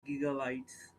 gigabytes